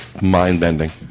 mind-bending